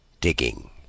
digging